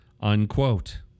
unquote